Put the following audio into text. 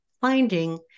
finding